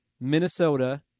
Minnesota